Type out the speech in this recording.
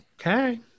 Okay